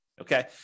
Okay